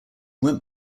went